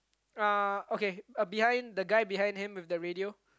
uh okay uh behind the guy behind him with the radio